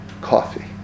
coffee